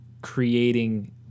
creating